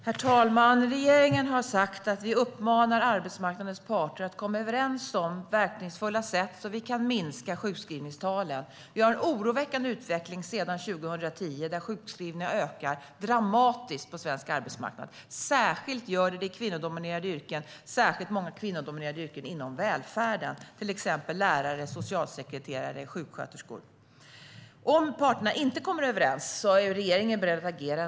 Herr talman! Regeringen har uppmanat arbetsmarknadens parter att komma överens om verkningsfulla sätt för att minska sjukskrivningstalen. Vi har en oroväckande utveckling sedan 2010 då sjukskrivningarna har ökat dramatiskt på svensk arbetsmarknad, särskilt i kvinnodominerande yrken inom välfärden, till exempel lärare, socialsekreterare och sjuksköterskor. Om parterna inte kommer överens är regeringen beredd att agera.